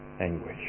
anguish